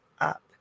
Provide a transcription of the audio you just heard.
up